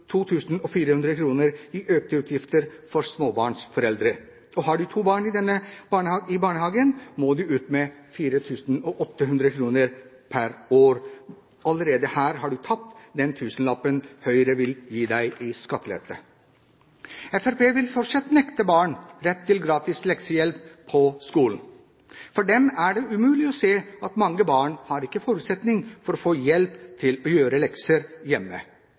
i økte utgifter for småbarnsforeldre. Har man to barn i barnehagen, må man ut med 4 800 kr mer per år. Allerede her har man tapt den tusenlappen Høyre vil gi i skattelette. Fremskrittspartiet vil fortsatt nekte barn rett til gratis leksehjelp på skolen. For dem er det umulig å se at mange barn ikke har mulighet til å få hjelp til å gjøre lekser hjemme.